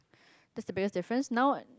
that's the biggest different now